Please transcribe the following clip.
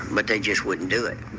but they just wouldn't do